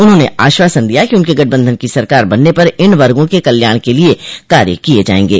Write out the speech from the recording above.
उन्होंने आश्वासन दिया कि उनके गठबंधन की सरकार बनने पर इन वर्गो के कल्याण के लिये कार्य किये जायेंगे